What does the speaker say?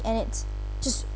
and it's just